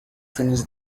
finish